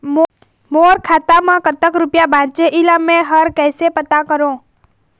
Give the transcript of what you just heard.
मोर खाता म कतक रुपया बांचे हे, इला मैं हर कैसे पता करों?